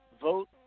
vote